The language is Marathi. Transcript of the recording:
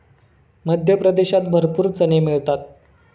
मध्य प्रदेशात भरपूर चणे मिळतात